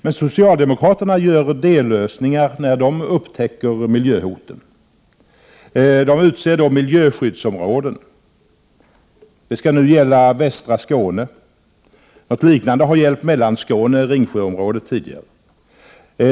Men socialdemokraterna gör dellösningar när de upptäcker miljöhoten. De utser då miljöskyddsområden. Detta skall nu gälla västra Skåne. Något liknande har gällt Mellanskåne — Ringsjöområdet — tidigare.